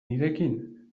nirekin